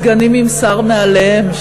סגנים עם שר מעליהם,